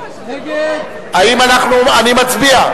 נא להצביע.